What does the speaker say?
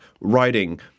writing